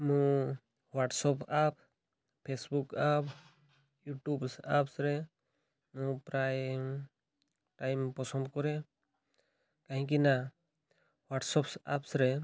ମୁଁ WhatsApp app Facebook app YouTube ଆପ୍ସରେ ମୁଁ ପ୍ରାୟ ଟାଇମ୍ ପସନ୍ଦ କରେ କାହିଁକି ନା ହ୍ଵାଟସପ୍ ଆପ୍ସରେ